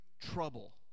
trouble